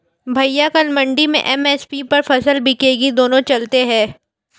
भैया कल मंडी में एम.एस.पी पर फसल बिकेगी दोनों चलते हैं